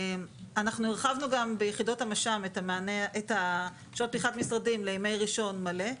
אנחנו הרחבנו גם ביחידות המש"מ את שעות פתיחת המשרדים לימי ראשון מלא,